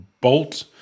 bolt